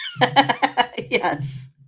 Yes